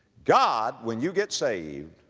god, when you get saved,